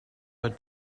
out